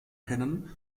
kennen